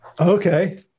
Okay